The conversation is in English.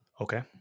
Okay